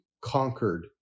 conquered